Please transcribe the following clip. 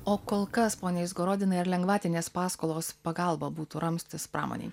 o kol kas pone izgorodinai ar lengvatinės paskolos pagalba būtų ramstis pramonei